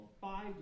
five